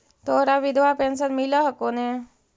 तोहरा विधवा पेन्शन मिलहको ने?